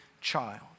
child